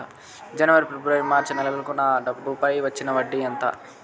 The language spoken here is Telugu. జనవరి, ఫిబ్రవరి, మార్చ్ నెలలకు నా డబ్బుపై వచ్చిన వడ్డీ ఎంత